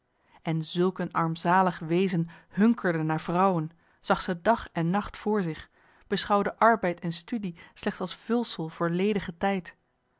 en zulk een armzalig wezen hunkerde naar vrouwen zag ze dag en nacht voor zich beschoude arbeid en studie slechts als vulsel voor ledige tijd